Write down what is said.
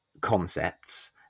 concepts